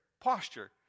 Posture